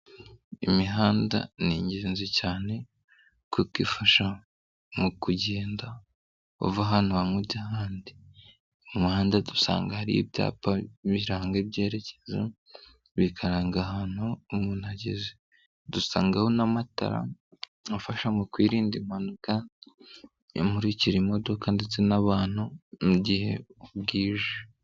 Imihanda ni ingenzi cyane kuko ifasha mu kugenda uva ahantu hamwe ujya ahandi. Mu muhanda dusanga hari ibyapa biranga ibyerekezo bikaranga ahantu umuntu ageze. Dusangayo n'amatara afasha mu kwirinda impanuka, amurikira imodoka ndetse n'abantu mu gihe bwije.